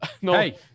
Hey